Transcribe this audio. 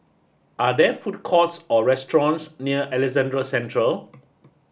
are there food courts or restaurants near Alexandra Central